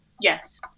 Yes